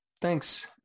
thanks